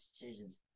decisions